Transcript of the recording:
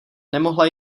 nemohla